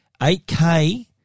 8K